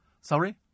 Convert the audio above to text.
Sorry